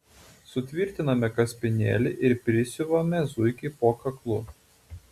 sutvirtiname kaspinėlį ir prisiuvame zuikiui po kaklu